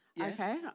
Okay